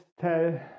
tell